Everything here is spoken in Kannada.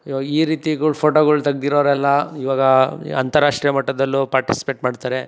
ಇವಾಗ ಈ ರೀತಿಗಳ್ ಫೋಟೋಗಳ್ ತೆಗೆದಿರೋರೆಲ್ಲ ಇವಾಗ ಅಂತಾರಾಷ್ಟ್ರೀಯ ಮಟ್ಟದಲ್ಲೂ ಪಾರ್ಟಿಸ್ಪೇಟ್ ಮಾಡ್ತಾರೆ